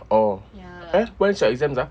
oh eh when is your exams ah